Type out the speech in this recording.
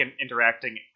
interacting